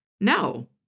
No